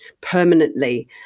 permanently